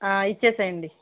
ఇచ్చేయండి